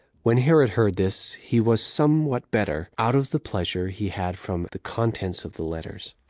when herod heard this, he was some what better, out of the pleasure he had from the contents of the letters,